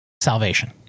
salvation